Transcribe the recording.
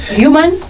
human